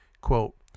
Quote